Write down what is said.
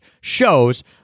shows